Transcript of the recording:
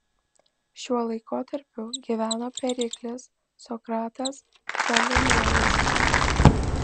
šiuo laikotarpiu gyveno periklis sokratas ptolemėjas